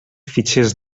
fitxers